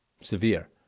severe